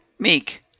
Meek